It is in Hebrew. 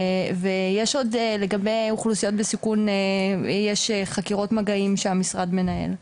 ויש לגבי אוכלוסיות בסיכון יש חקירות מגעים שהמשרד מנהל.